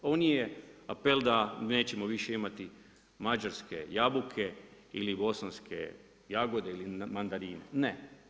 Ovo nije apel da nećemo više imati mađarske jabuke ili bosanske jagode ili mandarine, ne.